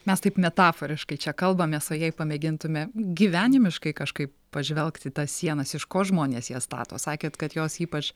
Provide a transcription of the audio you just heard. mes taip metaforiškai čia kalbamės o jei pamėgintume gyvenimiškai kažkaip pažvelgti į tas sienas iš ko žmonės jas stato sakėt kad jos ypač